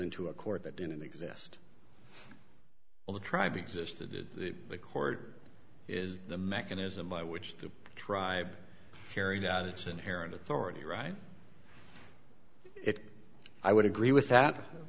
into a court that didn't exist all the tribe existed the court is the mechanism by which the tribe carried out its inherent authority right it i would agree with that